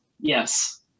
yes